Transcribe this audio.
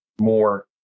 more